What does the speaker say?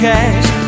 Cash